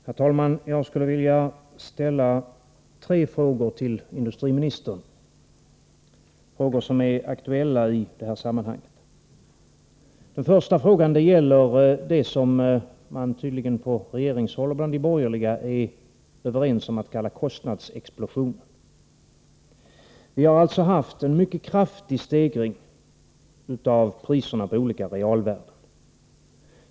Herr talman! Jag skulle till industriministern vilja ställa tre frågor, som är aktuella i detta sammanhang. Den första frågan gäller det som man på regeringshåll och bland de borgerliga tydligen är överens om att kalla kostnadsexplosionen. Vi har alltså haft en mycket kraftig stegring av priserna på olika realvärden.